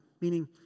meaning